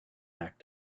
act